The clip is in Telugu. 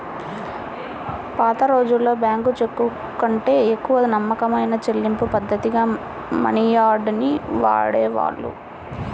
పాతరోజుల్లో బ్యేంకు చెక్కుకంటే ఎక్కువ నమ్మకమైన చెల్లింపుపద్ధతిగా మనియార్డర్ ని వాడేవాళ్ళు